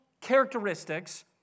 characteristics